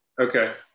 Okay